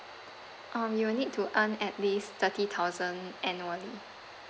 um you will need to earn at least thirty thousand annually